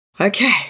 Okay